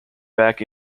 back